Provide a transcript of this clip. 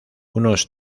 unos